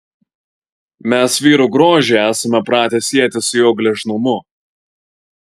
mes vyro grožį esame pratę sieti su jo gležnumu